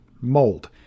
mold